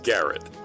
Garrett